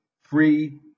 free